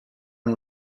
and